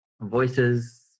voices